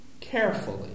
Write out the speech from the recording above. carefully